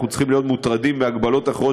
אנחנו צריכים להיות מוטרדים מהגבלות אחרות